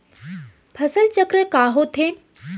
फसल चक्र का होथे?